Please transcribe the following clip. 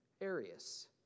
Arius